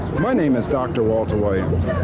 my name is dr. walter williams,